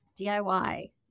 diy